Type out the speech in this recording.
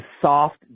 soft